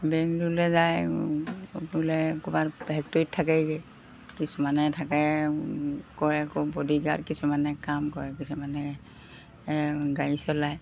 বেংল'ৰলৈ যায় বোলে ক'ৰবাত ফেক্টৰীত থাকেইগৈ কিছুমানে থাকে কৰে আকৌ বডিগাৰ্ড কিছুমানে কাম কৰে কিছুমানে গাড়ী চলায়